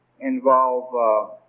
involve